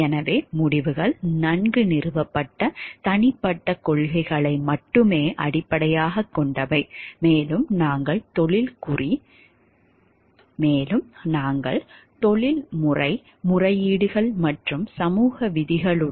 எனவே முடிவுகள் நன்கு நிறுவப்பட்ட தனிப்பட்ட கொள்கைகளை மட்டுமே அடிப்படையாகக் கொண்டவை மேலும் நாங்கள் தொழில்முறை குறியீடுகள் மற்றும் சமூக விதிகளுடன் கூட முரண்படுகிறோம்